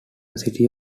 city